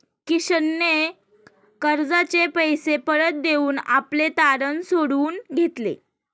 किशनने कर्जाचे पैसे परत देऊन आपले तारण सोडवून घेतले